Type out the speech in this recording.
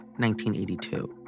1982